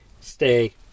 stay